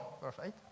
Perfect